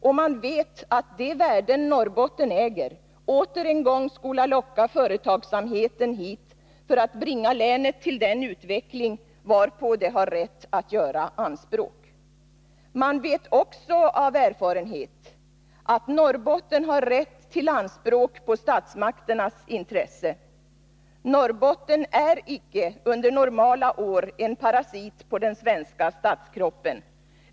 Och man vet, att de värden Norrbotten äger, åter en gång skola locka företagsamheten hit för att bringa länet till den utveckling, varpå det har rätt att göra anspråk. Man vet också av erfarenhet ——— att Norrbotten har rätt till anspråk på statsmakternas intresse. Norrbotten är icke under normala år en parasit på den svenska statskroppen.